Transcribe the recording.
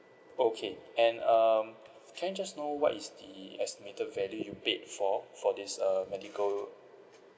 okay and um can I just know what is the estimated value you paid for for this uh medical